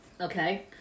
Okay